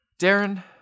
Darren